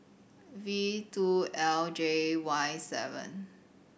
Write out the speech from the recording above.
V two L J Y seven